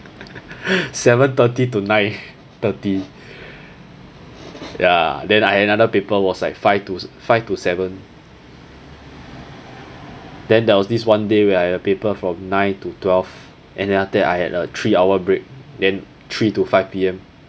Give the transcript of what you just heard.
seven thirty to nine thirty ya then I had another paper was like five to five to seven then there was this one day where I had a paper from nine to twelve and then after that I had a three hour break then three to five P_M